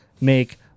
make